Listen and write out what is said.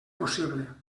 possible